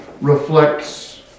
reflects